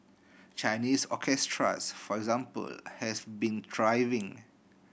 Chinese orchestras for example have been thriving